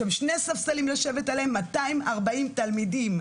יש שם שני ספסלים לשבת עליהם, עבור 240 תלמידים.